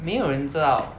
没有人知道